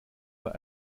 bei